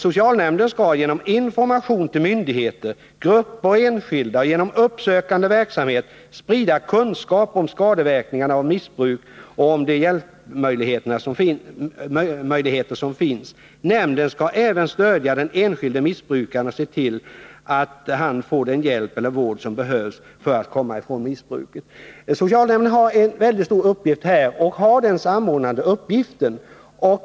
Socialnämnden skall genom information till myndigheter, grupper och enskilda och genom uppsökande verksamhet sprida kunskap om skadeverkningar av missbruk och om de hjälpmöjligheter som finns. Nämnden skall även stödja den enskilde missbrukaren och se till att han får den hjälp eller vård som behövs för att komma ifrån missbruket.” Socialnämnden har här en väldigt stor uppgift just när det gäller att samordna.